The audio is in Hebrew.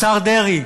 השר דרעי,